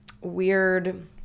weird